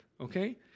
okay